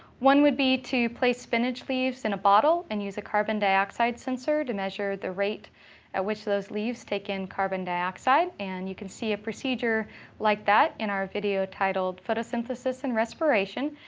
one would be to place spinach leaves in a bottle and use a carbon dioxide sensor to measure the rate at which those leaves take in carbon dioxide. and you can see a procedure like that in our video titled photosynthesis and respiration.